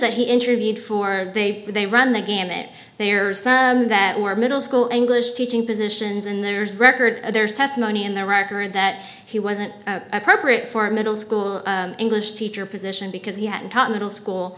that he interviewed for they run the gamut there are some that were middle school english teaching positions and there's record there's testimony and there are current that he wasn't appropriate for middle school english teacher position because he hadn't taught middle school